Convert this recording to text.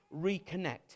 reconnect